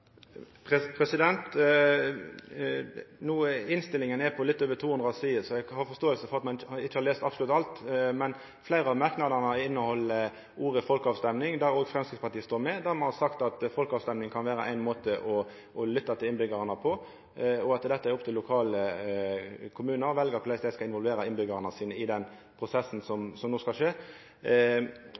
Innstillinga er på litt meir enn 200 sider, så eg har forståing for at ein ikkje har lese absolutt alt. Men fleire av merknadene inneheld ordet «folkeavstemming» – òg der Framstegspartiet er med – der me har sagt at folkeavstemming kan vera ein måte å lytta til innbyggjarane på, og at det er opp til lokale kommunar å velja korleis dei skal involvera innbyggjarane sine i den prosessen som no skal skje.